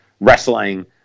wrestling